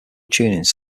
tunings